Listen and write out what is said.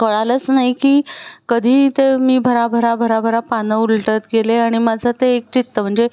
कळलंच नाही की कधी ते मी भराभरा भराभरा पानं उलटत गेले आणि माझं ते एकचित्त म्हणजे